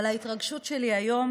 אבל ההתרגשות שלי היום